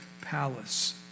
palace